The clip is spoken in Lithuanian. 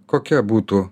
kokia būtų